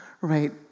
Right